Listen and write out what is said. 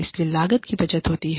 इससे लागत की बचत होती है